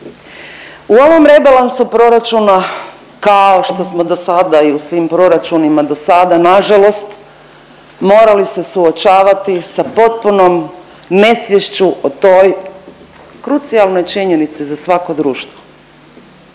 U ovom rebalansu proračuna kao što smo dosada i u svim proračunima dosada nažalost morali se suočavati sa potpunom nesviješću o toj krucijalnoj činjenici za svako društvo.